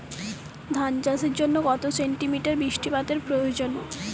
ধান চাষের জন্য কত সেন্টিমিটার বৃষ্টিপাতের প্রয়োজন?